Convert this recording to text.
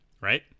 right